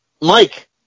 Mike